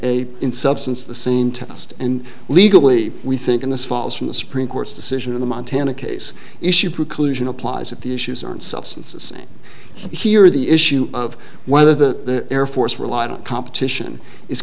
in substance the same test and legally we think in this follows from the supreme court's decision in the montana case issue preclusion applies at the issues on substances here the issue of whether the air force relied on competition is